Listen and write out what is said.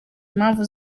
impamvu